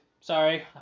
sorry